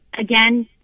again